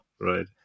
right